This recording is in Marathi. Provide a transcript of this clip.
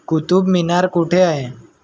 कुतुबमिनार कुठे आहे